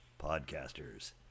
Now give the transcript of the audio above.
podcasters